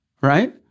right